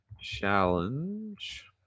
Challenge